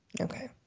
okay